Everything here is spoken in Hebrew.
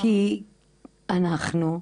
כי אנחנו,